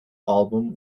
album